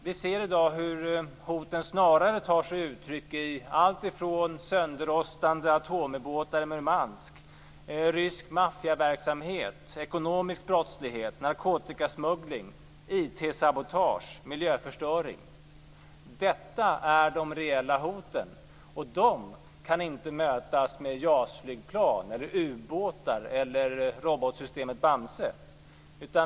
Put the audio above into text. Vi ser i dag hur hoten snarare tar sig uttryck i allt från sönderrostande atomubåtar i Murmansk via rysk maffiaverksamhet, ekonomisk brottslighet, narkotikasmuggling och IT-sabotage till miljöförstöring. Detta är de reella hoten, och de kan inte mötas med JAS-flygplan, ubåtar eller robotsystemet BAMSE.